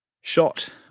Shot